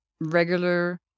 regular